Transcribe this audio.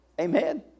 Amen